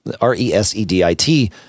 R-E-S-E-D-I-T